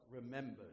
remembered